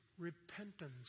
repentance